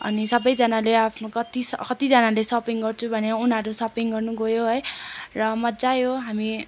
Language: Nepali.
अनि सबैजनाले आफ्नो कत्ति कत्तिजनाले सपिङ गर्छु भन्यो उनीहरू सपिङ गर्नु गयो है र मजा आयो हामी